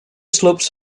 slopes